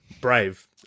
Brave